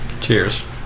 Cheers